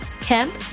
Kemp